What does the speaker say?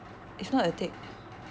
if not it'll take